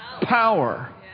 Power